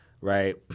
Right